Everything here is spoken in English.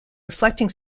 reflecting